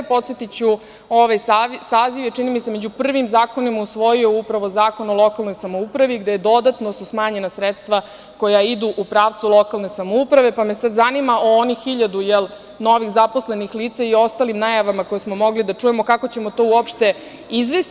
Podsetiću ovaj saziv je, čini mi se, među prvim zakonima usvojio upravo Zakon o lokalnoj samoupravi, gde su dodatno smanjena sredstva koja idu u pravcu lokalne samouprave, pa me sad zanima o onih 1000 novih zaposlenih lica i ostalim najavama koje smo mogli da čujemo, kako ćemo to uopšte izvesti?